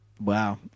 Wow